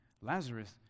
Lazarus